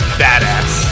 badass